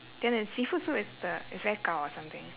then the seafood soup is the it's very gao or something